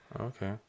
Okay